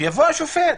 שיבוא השופט.